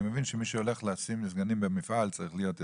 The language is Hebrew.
אני מבין שמי שהולך לשים מזגנים במפעל צריך להיות יותר,